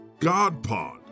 GodPod